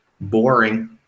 boring